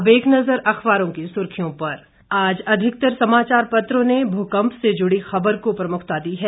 अब एक नजर अखबारों की सुर्खियों पर आज अधिकतर समाचार पत्रों ने भूकंप से जुड़ी खबर को प्रमुखता दी है